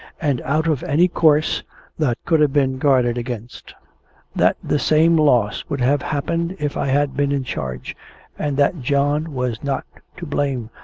and out of any course that could have been guarded against that the same loss would have happened if i had been in charge and that john was not to blame,